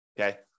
okay